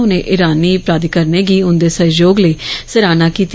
उनें ईरानी प्राधिकारियें गी उन्दे सैहयोग लेई सराहना कीर्ती